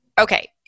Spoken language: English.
Okay